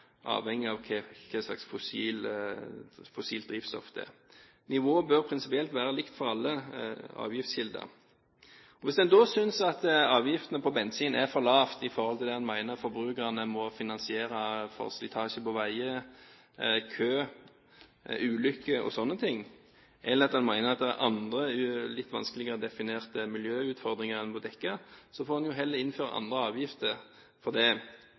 avhengig av hva slags fossilt drivstoff det er. Nivået bør prinsipielt være likt for alle avgiftskilder. Hvis en da synes at avgiftene på bensin er for lave i forhold til det en mener at forbrukerne må finansiere for slitasje på veier, kø, ulykker og slike ting, eller at en mener at det er andre, litt vanskeligere definerte miljøutfordringer en må dekke, får en heller innføre andre avgifter for det